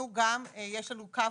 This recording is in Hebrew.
יש לנו גם קו מומחים.